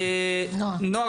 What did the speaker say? נועה,